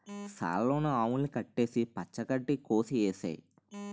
సాల లోన ఆవుల్ని కట్టేసి పచ్చ గడ్డి కోసె ఏసేయ్